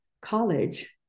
college